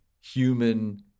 human